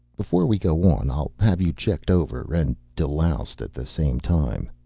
before we go on i'll have you checked over. and deloused at the same time.